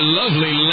lovely